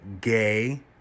gay